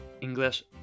English